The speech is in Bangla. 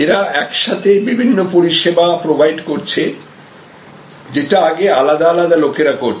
এরা একসাথে বিভিন্ন পরিষেবা প্রোভাইড করছে যেটা আগে আলাদা আলাদা লোকেরা করত